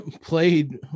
played